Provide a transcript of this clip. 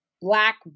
Black